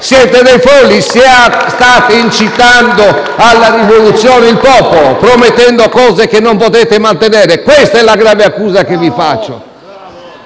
Siete dei folli. State incitando alla rivoluzione il popolo promettendo cose che non potete mantenere. Questa è la grave accusa che vi faccio.